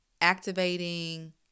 activating